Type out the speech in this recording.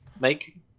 make